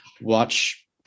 watch